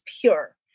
pure